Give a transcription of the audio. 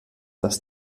dass